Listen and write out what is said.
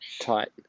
tight